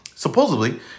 supposedly